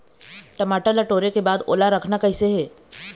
टमाटर ला टोरे के बाद ओला रखना कइसे हे?